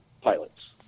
pilots